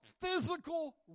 physical